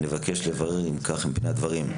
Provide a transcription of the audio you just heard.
נבקש לברר האם כך הם פני הדברים.